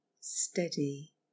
steady